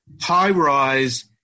high-rise